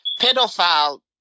pedophile